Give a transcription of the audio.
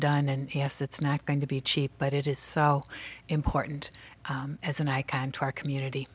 done and yes it's not going to be cheap but it is so important as an icon to our community